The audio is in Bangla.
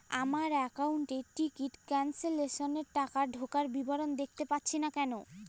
আমার একাউন্ট এ টিকিট ক্যান্সেলেশন এর টাকা ঢোকার বিবরণ দেখতে পাচ্ছি না কেন?